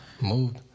Moved